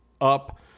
up